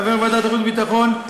חבר ועדת החוץ והביטחון,